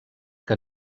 que